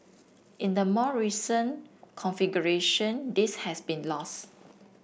in the more recent configuration this has been lost